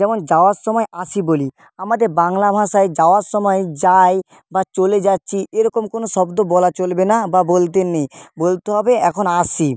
যেমন যাওয়ার সময় আসি বলি আমাদের বাংলা ভাষায় যাওয়ার সময় যাই বা চলে যাচ্ছি এরকম কোনও শব্দ বলা চলবে না বা বলতে নেই বলতে হবে এখন আসি